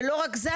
ולא רק זה,